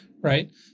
right